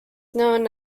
known